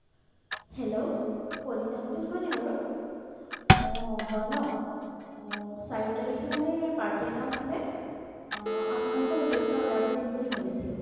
hello Kalita hotel হয় নাই বাৰু অ' হয় ন অ' চাৰি তাৰিখে মানে পাৰ্টি এটা আছিলে অ' আপোনালোকৰ হোটেলতে অৰ্ডাৰটো দিম বুলি ভাবিছিলো